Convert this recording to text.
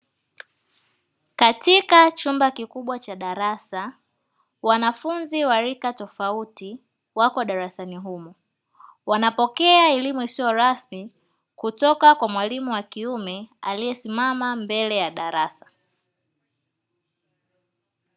Katika chumba kikubwa cha darasa wanafunzi wa rika tofauti wako darasani humo, wanapokea elimu isiyo rasmi kutoka kwa mwalimu wa kiume aliye simama mbele ya darasa.